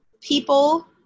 people